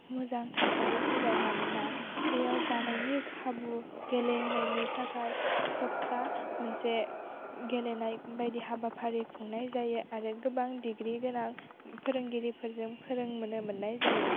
मोजां थासारि फैबाय मानोना बेयाव जानायनि खाबु गेले होनायनि थाखाय सप्ता मोनसे गेलेनाय बायदि हाबाफारि खुंनाय जायो आरो गोबां दिग्रि गोनां फोरोंगिरिफोरजों फोरोंनो मोन्नाय जायो